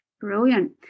Brilliant